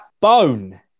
bone